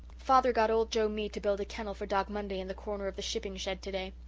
father got old joe mead to build a kennel for dog monday in the corner of the shipping-shed today.